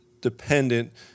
dependent